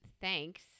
Thanks